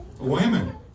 women